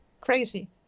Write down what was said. crazy